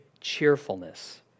cheerfulness